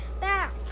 back